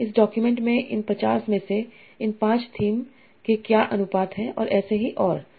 इस डाक्यूमेंट्स में इन 50 में से इन 5 थीम के क्या अनुपात है और ऐसे ही और पर